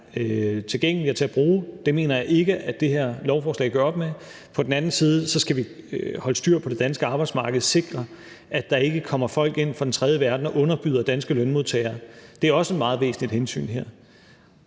tilgængelige og til at bruge – og det mener jeg ikke at det her lovforslag gør op med – og på den anden side skal vi holde styr på det danske arbejdsmarked og sikre, at der ikke kommer folk ind fra den tredje verden og underbyder danske lønmodtagere. Det er også et meget væsentligt hensyn her.